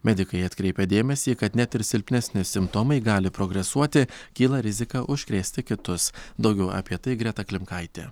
medikai atkreipia dėmesį kad net ir silpnesni simptomai gali progresuoti kyla rizika užkrėsti kitus daugiau apie tai greta klimkaitė